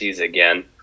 again